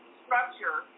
structure